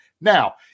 Now